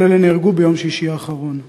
כל אלו נהרגו ביום שישי האחרון.